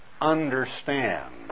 understand